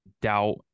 doubt